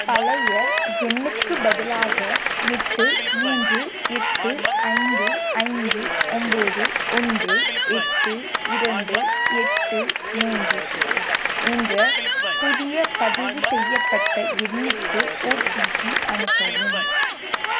பழைய எண்ணுக்குப் பதிலாக எட்டு மூன்று எட்டு ஐந்து ஐந்து ஒன்போது ஒன்று எட்டு இரண்டு எட்டு மூன்று என்ற புதிய பதிவு செய்யப்பட்ட எண்ணுக்கு ஓடிபி அனுப்பவும்